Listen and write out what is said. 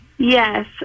Yes